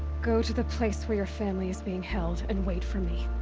go to the place where your family is being held, and wait for me.